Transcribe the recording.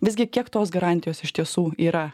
visgi kiek tos garantijos iš tiesų yra